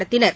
நடத்தினர்